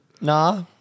Nah